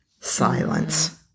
Silence